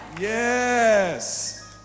Yes